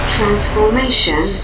Transformation